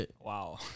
Wow